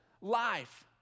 life